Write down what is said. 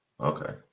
Okay